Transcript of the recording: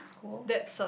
that's cool